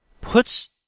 puts